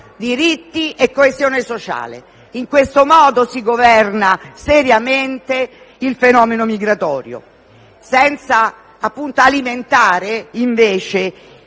diritti e coesione sociale. In questo modo si governa seriamente il fenomeno migratorio, senza alimentare le